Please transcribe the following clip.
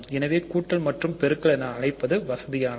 எனவே கூட்டல் மற்றும் பெருக்கல் என அழைப்பது வசதியானது